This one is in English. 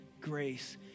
grace